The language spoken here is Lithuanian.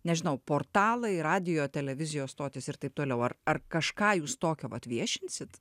nežinau portalai radijo televizijos stotys ir taip toliau ar ar kažką jūs tokio vat viešinsit